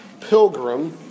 pilgrim